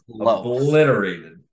obliterated